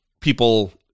people